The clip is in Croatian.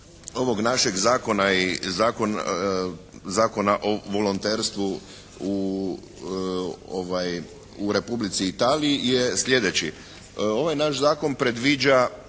našeg zakona i Zakona o volonterstvu u, u Republici Italiji je sljedeći. Ovaj naš zakon predviđa